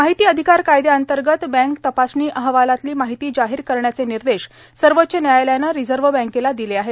माहिती अधिकार कायद्यांतर्गत बँक तपासणी अहवालातली माहिती जाहीर करण्याचे निर्देश सर्वोच्च न्यायालयानं रिझर्व्ह बँकेला दिले आहेत